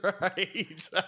right